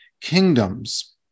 kingdoms